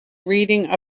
reading